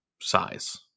size